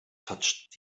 touched